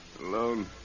Alone